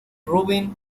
rubin